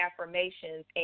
affirmations